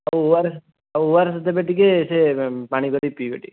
ଆଉ O R S ଆଉ O R S ଦେବେ ଟିକେ ସେ ପାଣି କରିକି ପିଇବେ ଟିକେ